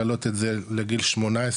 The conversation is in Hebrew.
להעלות את זה לגיל 18,